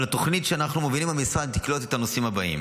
אבל התוכנית שאנחנו מובילים במשרד תכלול את הנושאים האלה: